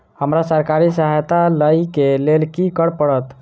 हमरा सरकारी सहायता लई केँ लेल की करऽ पड़त?